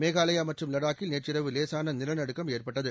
மேகாலயா மற்றும் லடாக்கில் நேற்றிரவு லேசான நிலநடுக்கம் ஏற்பட்டது